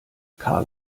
karl